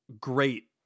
great